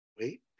Wait